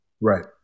Right